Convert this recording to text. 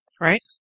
Right